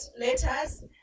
letters